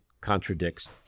contradicts